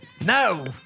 No